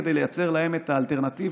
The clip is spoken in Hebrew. כדי לייצר להם את האלטרנטיבה,